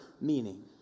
meaning